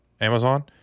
Amazon